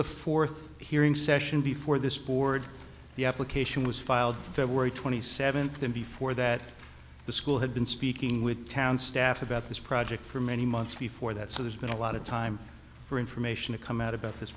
the fourth hearing session before this board the application was filed in february twenty seventh and before that the school had been speaking with town staff about this project for many months before that so there's been a lot of time for information to come out about this